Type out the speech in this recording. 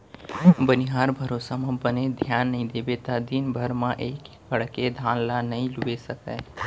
बनिहार भरोसा म बने धियान नइ देबे त दिन भर म एक एकड़ के धान ल नइ लूए सकें